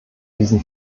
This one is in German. diesen